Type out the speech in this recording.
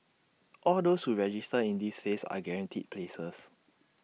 all those who register in this phase are guaranteed places